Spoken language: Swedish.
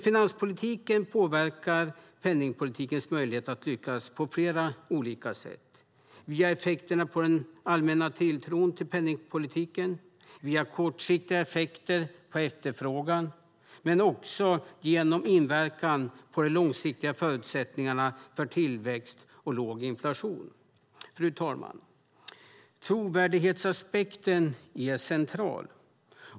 Finanspolitiken påverkar penningpolitikens möjligheter att lyckas på flera olika sätt: via effekterna på den allmänna tilltron till penningpolitiken, via kortsiktiga effekter på efterfrågan men också genom inverkan på de långsiktiga förutsättningarna för tillväxt och låg inflation. Fru talman! Trovärdighetsaspekten är central.